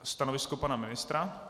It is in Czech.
Stanovisko pana ministra?